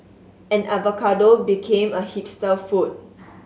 and avocado became a hipster food